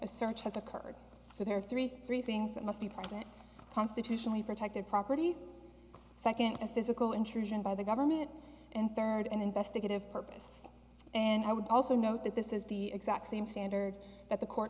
a search has occurred so there are three three things that must be present constitutionally protected property second and physical intrusion by the government and third and investigative purpose and i would also note that this is the exact same standard that the court